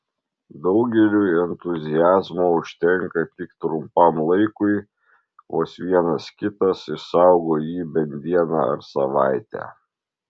daugeliui entuziazmo užtenka tik trumpam laikui vos vienas kitas išsaugo jį bent dieną ar savaitę